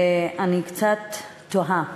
ואני קצת תוהה